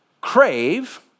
crave